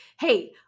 Hey